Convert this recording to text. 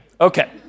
okay